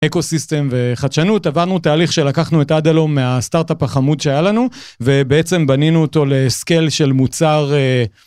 אקו סיסטם וחדשנות עברנו תהליך שלקחנו את אדלום מהסטארטאפ החמוד שהיה לנו ובעצם בנינו אותו לסקל של מוצר.